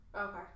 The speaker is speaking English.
Okay